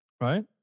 right